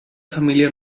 família